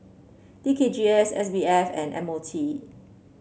T K G S S B F and M O T